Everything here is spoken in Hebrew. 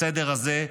בסדר זה,